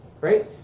right